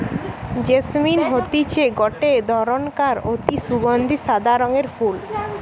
jasmine হতিছে গটে ধরণকার অতি সুগন্ধি সাদা রঙের ফুল